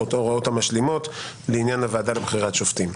ההוראות המשלימות לעניין הוועדה לבחירת שופטים.